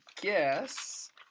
guess